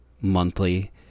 monthly